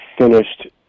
finished